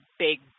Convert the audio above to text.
big